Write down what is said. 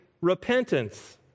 repentance